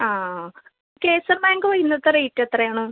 ആ കേസർ മാംഗോ ഇന്നത്തെ റേറ്റ് എത്രയാണ്